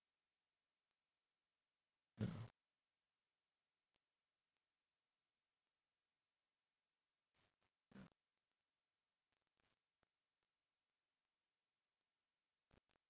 ya